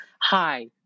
Hi